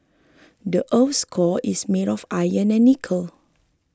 the earth's core is made of iron and nickel